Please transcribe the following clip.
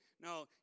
No